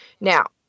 Now